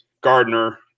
Gardner